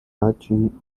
latin